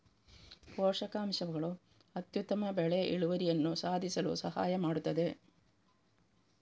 ಪೋಷಕಾಂಶಗಳು ಅತ್ಯುತ್ತಮ ಬೆಳೆ ಇಳುವರಿಯನ್ನು ಸಾಧಿಸಲು ಸಹಾಯ ಮಾಡುತ್ತದೆ